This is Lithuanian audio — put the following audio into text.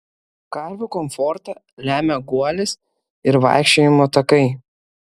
karvių komfortą lemia guolis ir vaikščiojimo takai